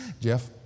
Jeff